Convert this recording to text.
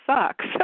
sucks